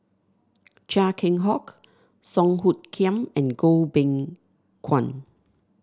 Chia Keng Hock Song Hoot Kiam and Goh Beng Kwan